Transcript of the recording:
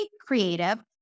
creative